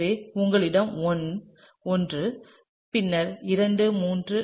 எனவே உங்களிடம் 1 பின்னர் 2 3 4 5 மற்றும் 6 உள்ளன